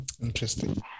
interesting